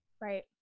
Right